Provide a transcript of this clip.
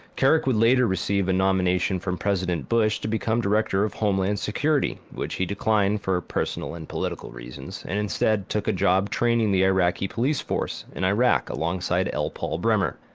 kerik would later receive a nomination from president bush to become director of homeland security which he declined for personal and political reasons and instead took a job training the iraqi police force in iraq alongside l. paul bremer.